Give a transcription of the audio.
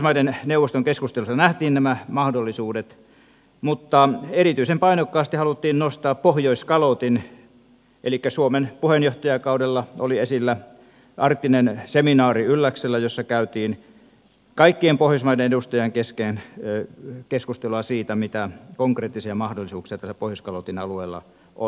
pohjoismaiden neuvoston keskustelussa nähtiin nämä mahdollisuudet mutta erityisen painokkaasti haluttiin nostaa pohjoiskalotti elikkä suomen puheenjohtajakaudella oli esillä arktinen seminaari ylläksellä jossa käytiin kaikkien pohjoismaiden edustajien kesken keskustelua siitä mitä konkreettisia mahdollisuuksia pohjoiskalotin alueella on